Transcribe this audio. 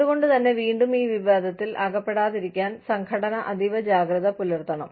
അതുകൊണ്ട് തന്നെ വീണ്ടും ഈ വിവാദത്തിൽ അകപ്പെടാതിരിക്കാൻ സംഘടന അതീവ ജാഗ്രത പുലർത്തണം